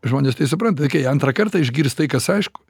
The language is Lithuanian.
žmonės tai supranta okei antrą kartą išgirs tai kas aišku